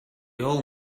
all